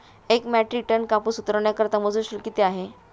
एक metric ton कापूस उतरवण्याकरता मजूर शुल्क किती आहे?